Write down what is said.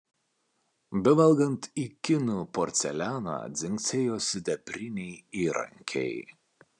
bevalgant į kinų porcelianą dzingsėjo sidabriniai įrankiai